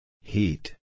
Heat